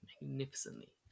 magnificently